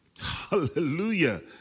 Hallelujah